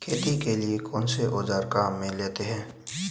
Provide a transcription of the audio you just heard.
खेती के लिए कौनसे औज़ार काम में लेते हैं?